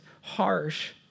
harsh